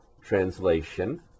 translation